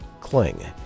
Cling